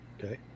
Okay